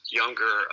younger